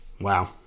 Wow